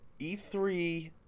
E3